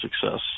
success